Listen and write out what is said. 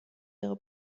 ihre